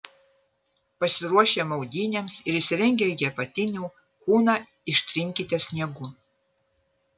pasiruošę maudynėms ir išsirengę iki apatinių kūną ištrinkite sniegu